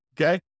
Okay